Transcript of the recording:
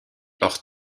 hors